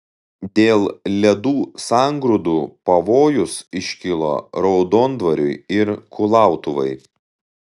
dėl ledų sangrūdų pavojus iškilo raudondvariui ir kulautuvai